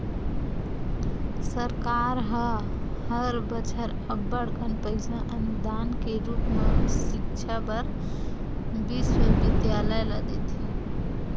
सरकार ह हर बछर अब्बड़ कन पइसा अनुदान के रुप म सिक्छा बर बिस्वबिद्यालय ल देथे